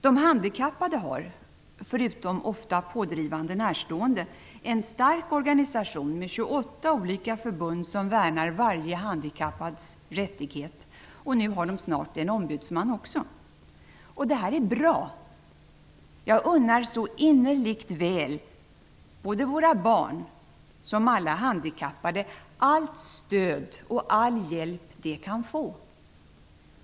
De handikappade har, förutom ofta pådrivande närstående, en stark organisation med 28 olika förbund som värnar varje handikappads rättighet. Nu har de snart en ombudsman också. Det här är bra. Jag unnar innerligt väl såväl våra barn som alla handikappade allt stöd och all hjälp de kan få.